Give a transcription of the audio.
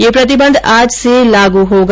यह प्रतिबंध आज से लागू होगा